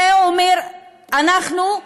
זה אומר: אנחנו,